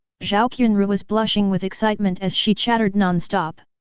zhao qianru was blushing with excitement as she chattered nonstop.